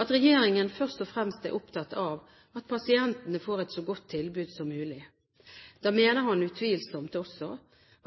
at regjeringen først og fremst er opptatt av at pasientene får et så godt tilbud som mulig. Da mener han utvilsomt også